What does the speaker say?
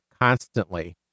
constantly